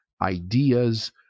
ideas